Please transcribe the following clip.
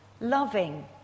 loving